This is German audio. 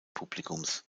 publikums